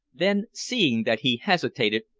then, seeing that he hesitated,